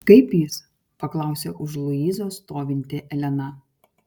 kaip jis paklausė už luizos stovinti elena